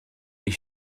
ich